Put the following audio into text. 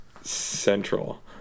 central